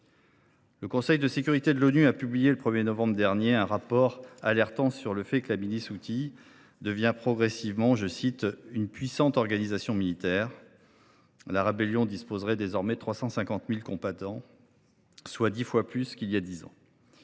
Le Conseil de sécurité de l’ONU a publié le 1 novembre dernier un rapport nous alertant sur le fait que la milice houthie devenait progressivement « une puissante organisation militaire ». La rébellion disposerait désormais de 350 000 combattants, soit dix fois plus qu’il y a dix ans.